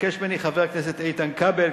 ביקש ממני חבר הכנסת איתן כבל,